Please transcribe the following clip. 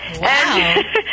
Wow